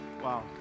Wow